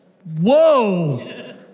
whoa